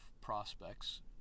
prospects